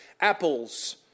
apples